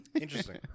interesting